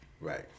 Right